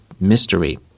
mystery